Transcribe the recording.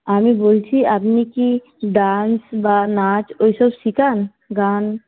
আমি বলছি আপনি কি ডান্স বা নাচ ওইসব শেখান গান